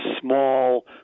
small